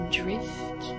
drift